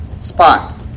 spot